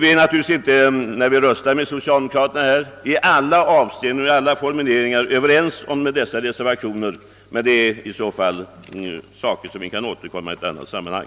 Vi är naturligtvis inte — när vi röstar med socialdemokraterna — i alla avseenden och när det gäller alla formuleringar överens med deras reservationer, men de frågorna kan vi återkomma till i annat sammanhang.